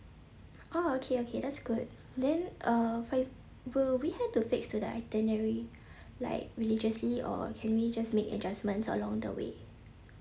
oh okay okay that's good then uh wou~ will we have to fix to the itinerary like religiously or can we just make adjustments along the way